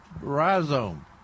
rhizome